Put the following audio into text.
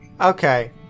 Okay